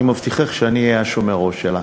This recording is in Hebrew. אני מבטיחך שאני אהיה שומר הראש שלה,